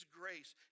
grace